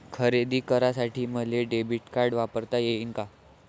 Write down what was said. खरेदी करासाठी मले डेबिट कार्ड वापरता येईन का?